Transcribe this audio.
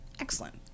Excellent